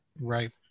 Right